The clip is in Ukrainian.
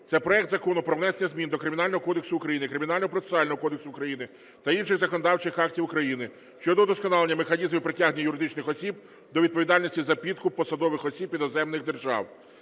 Це проект Закону про внесення змін до Кримінального кодексу України, Кримінального процесуального кодексу України та інших законодавчих актів України щодо удосконалення механізмів притягнення юридичних осіб до відповідальності за підкуп посадових осіб іноземних держав.